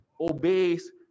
obeys